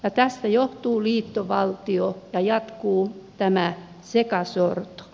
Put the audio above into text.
tästä johtuu liittovaltio ja jatkuu tämä sekasorto